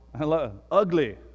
ugly